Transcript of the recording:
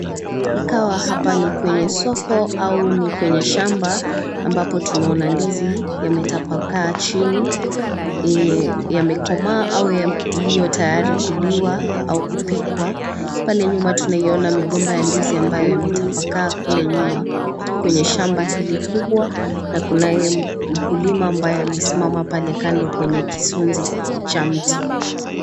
Ikawa hapa ni kwenye soko au ni kwenye shamba, ambapo tunaona ndizi yametapakaa chini yenye yamekomaa au yaliyotayari kuliwa au kupikwa, pale nyuma tuniona migomba ya ndizi ambayo yametapakaa kule nyuma kwenye shamba hili kubwa, na kunaye mkulima ambaye amesimama pale kando kwenye kisunzi cha mti.